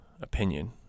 opinion